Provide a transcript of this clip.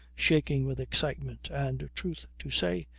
shaking with excitement and, truth to say,